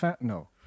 no